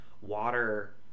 water